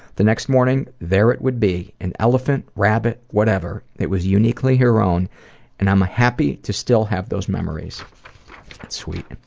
the next morning there it would be, an elephant, rabbit, whatever. it was uniquely heroin and i'm happy to still have those memories. that's sweet. and